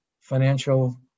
financial